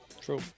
true